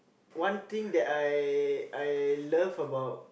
one thing that I I love